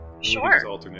Sure